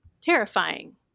terrifying